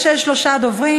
יש שלושה דוברים.